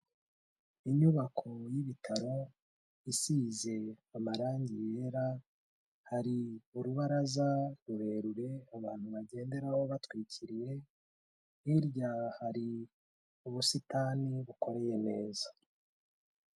Inyubako y'ibitaro isize amarangi yera, hari urubaraza rurerure abantu bagenderaho batwikiriye, hirya hari ubusitani bukoreye neza.